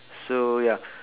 so ya